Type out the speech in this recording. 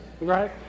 right